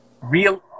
real